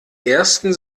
ersten